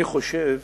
אני חושב